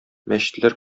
мәчетләр